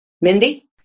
Mindy